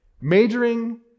majoring